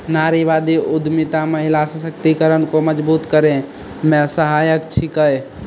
नारीवादी उद्यमिता महिला सशक्तिकरण को मजबूत करै मे सहायक छिकै